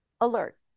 alert